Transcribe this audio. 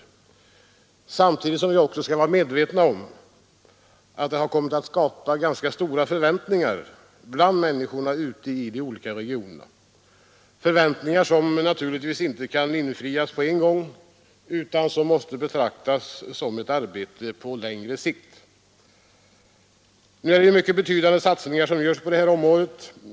Samtidigt skall vi vara medvetna om att detta har kommit att skapa stora förväntningar bland människorna ute i de olika regionerna. Förväntningarna kan naturligtvis inte infrias på en gång, utan det är ett arbete som ger resultat på längre sikt. Nu görs det betydande satsningar på detta område.